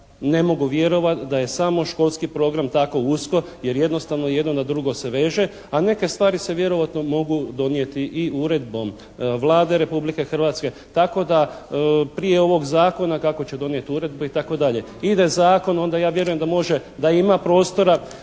ne mogu vjerovat da je samo školski program tako usko jer jednostavno jedno na drugo se veže, a neke stvari se vjerovatno mogu donijeti i uredbom Vlade Republike Hrvatske tako da prije ovog Zakona kako će donijeti uredbu itd. ide zakon onda ja vjerujem da može,